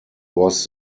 was